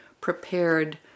prepared